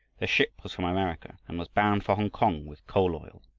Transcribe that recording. their ship was from america and was bound for hongkong with coal-oil.